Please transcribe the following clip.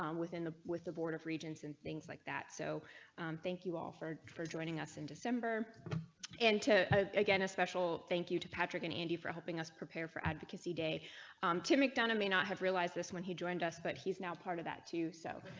um within with the board of regents and things like that so thank you. all for for joining us in december and to ah again a special. thank you to patrick and andy for helping us prepare for advocacy day to make donna may not have realized this when he joined us but he's now part of that too. so.